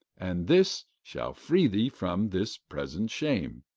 and this shall free thee from this present shame,